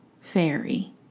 fairy